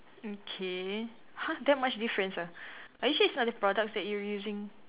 mm K !huh! that much difference ah are you sure it's not the products that you using